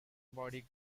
body